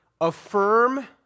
Affirm